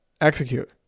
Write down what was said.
execute